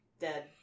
Dead